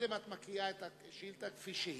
קודם את מקריאה את השאילתא כפי שהיא,